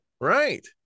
Right